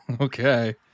Okay